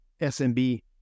SMB